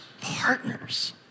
partners